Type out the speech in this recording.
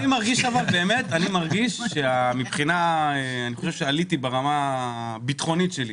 אני מרגיש שעליתי ברמה הביטחונית שלי,